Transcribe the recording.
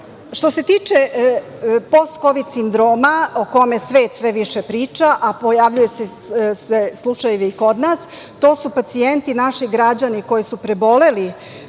se tiče post kovid sindroma o kome svet sve više priča, a pojavljuju se slučajevi i kod nas, to su pacijenti naši građani koji su preboleli